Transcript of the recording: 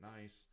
nice